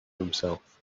himself